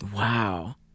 Wow